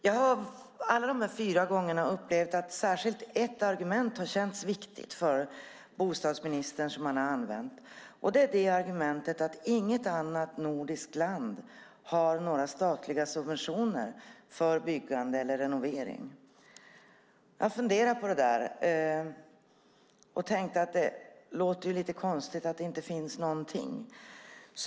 Jag har alla de fyra gångerna upplevt att särskilt ett argument som bostadsministern använt har känts viktigt. Det är argumentet inget annat nordiskt land har några statliga subventioner för byggande eller renovering. Jag funderade lite på det. Det låter lite konstigt att det inte finns någonting.